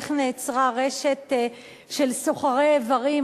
איך נעצרה רשת של סוחרי איברים.